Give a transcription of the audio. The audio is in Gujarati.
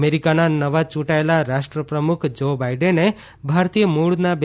અમેરીકાના નવા ચુંટાયેલા રાષ્ટ્રપતિ જો બાઇડેને ભારતીય મૂળના બે